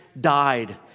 died